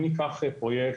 אם ניקח פרויקט,